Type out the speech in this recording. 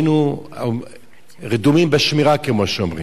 בעוד שב"אלטרוקסין"